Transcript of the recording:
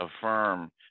affirm